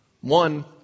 One